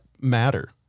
matter